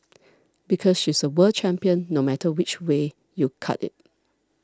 because she's a world champion no matter which way you cut it